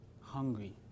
hungry